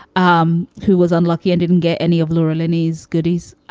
um who was unlucky and didn't get any of laura linney's goodies,